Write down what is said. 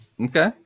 Okay